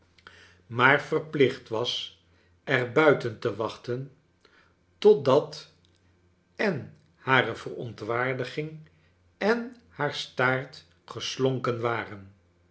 maar verplicht was er buiten te wachten totdat en hare verontwaardiging en haar staart geslonken waren